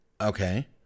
Okay